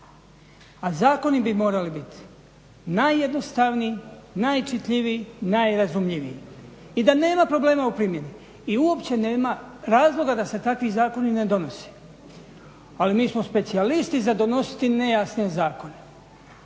a zakoni bi morali biti najjednostavniji, najčitljiviji, najrazumljiviji i da nema problema u primjeni. I uopće nema razloga da se takvi zakoni ne donose. Ali mi smo specijalisti za donositi nejasne zakone.